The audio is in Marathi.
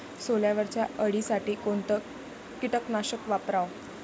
सोल्यावरच्या अळीसाठी कोनतं कीटकनाशक वापराव?